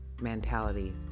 mentality